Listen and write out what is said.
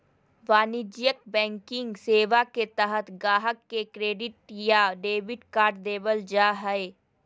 वाणिज्यिक बैंकिंग सेवा के तहत गाहक़ के क्रेडिट या डेबिट कार्ड देबल जा हय